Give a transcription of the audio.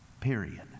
period